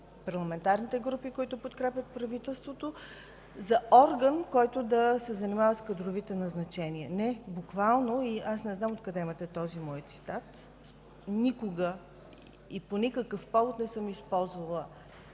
парламентарните групи, които подкрепят правителството, за орган, който да се занимава с кадровите назначения. Не! Буквално – аз не знам откъде имате този мой цитат, никога и по никакъв повод не съм използвала